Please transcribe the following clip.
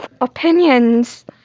Opinions